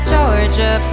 Georgia